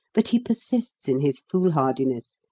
but he persists in his foolhardiness,